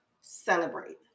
celebrate